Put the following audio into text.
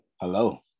Hello